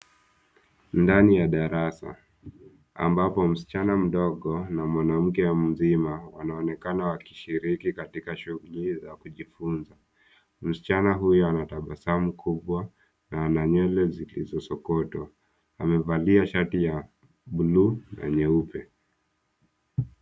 Ndani ya darasa ambapo msichana mdogo na mwanamke mzima wanaonekana wakishiriki katika shughuli za kujifunza. Msichana huyo ana tabasamu kubwa na ana nywele zilizosokotwa. Amevalia shati ya buluu na nyeupe.